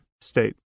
state